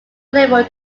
liberal